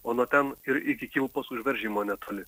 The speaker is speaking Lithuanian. o nuo ten ir iki kilpos užveržimo netoli